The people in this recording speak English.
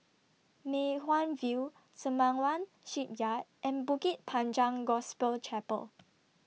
Mei Hwan View Sembawang Shipyard and Bukit Panjang Gospel Chapel